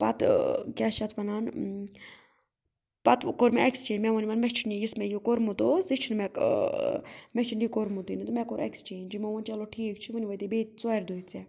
پَتہٕ کیٛاہ چھِ اَتھ وَنان پَتہٕ کوٚر مےٚ اٮ۪کسچینٛج مےٚ ووٚن یِمَن مےٚ چھُنہٕ یُس مےٚ یہِ کوٚرمُت اوس تہِ چھُنہٕ مےٚ مےٚ چھُنہٕ یہِ کوٚرمُتُے نہٕ مےٚ کوٚر اٮ۪کسچینٛج یِمو ووٚن چلو ٹھیٖک چھُ وٕنہِ وٲتی بیٚیہِ ژورِ دۄہہِ ژےٚ